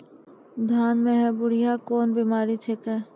धान म है बुढ़िया कोन बिमारी छेकै?